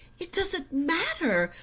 it doesn't matter.